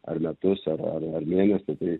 ar metus ar ar ar mėnesį tai